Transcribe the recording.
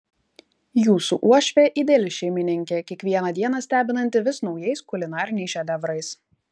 jūsų uošvė ideali šeimininkė kiekvieną dieną stebinanti vis naujais kulinariniais šedevrais